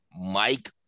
Mike